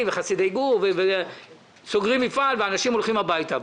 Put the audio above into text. וחסידי גור סוגרים מפעל ואנשים הולכים הביתה.